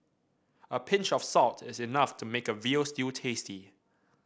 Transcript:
a pinch of salt is enough to make a veal stew tasty